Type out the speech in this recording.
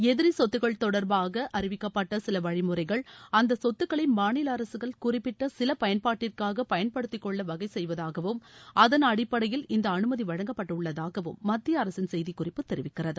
எதிரி சொத்துக்கள் தொடர்பாக கடந்த அறிவிக்கப்பட்ட சில வழிமுறைகள் அந்த சொத்துக்களை மாநில அரககள் குறிப்பிட்ட சில பயன்பாட்டிற்காக பயன்படுத்திக்கொள்ள வகைசெய்வதாகவும் அதன் அடிப்படையில் இந்த அனுமதி வழங்கப்பட்டுள்ளதாகவும் மத்திய அரசின் செய்திக் குறிப்பு தெரிவிக்கிறது